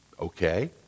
Okay